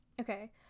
Okay